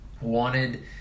wanted